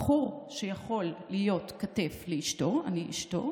בחור שיכול להיות כתף לאשתו, אני אשתו.